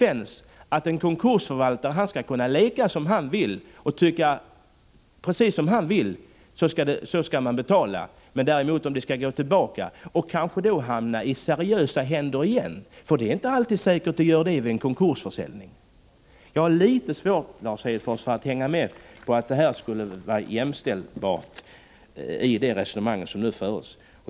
En konkursförvaltare kan sälja precis som han vill. Om fordonet däremot skall gå tillbaka kanske det hamnar i seriösa händer igen. Det är inte alltid säkert att så sker vid en konkursförsäljning. Jag har litet svårt, Lars Hedfors, att hålla med om att dessa fall skulle vara jämställbara i det resonemang som nu förs.